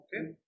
okay